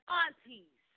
aunties